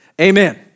Amen